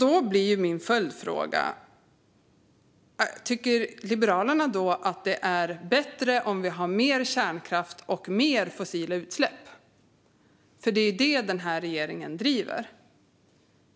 Då blir min följdfråga: Tycker Liberalerna att det är bättre att vi har mer kärnkraft och mer fossila utsläpp? För det är vad regeringen driver.